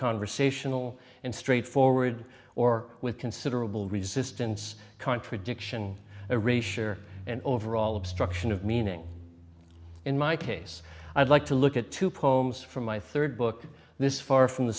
conversational and straightforward or with considerable resistance contradiction a researcher and overall obstruction of meaning in my case i'd like to look at two poems from my third book this far from the